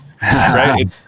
Right